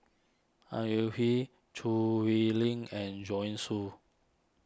Au Yee Hing Choo Hwee Lim and Joanne Soo